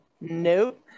Nope